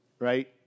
Right